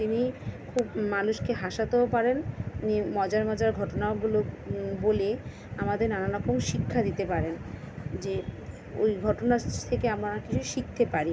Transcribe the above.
তিনি খুব মানুষকে হাসাতেও পারেন এমনি মজার মজার ঘটনাগুলো বলে আমাদের নানান রকম শিক্ষা দিতে পারেন যে ওই ঘটনা থেকে আমার কিছু শিখতে পারি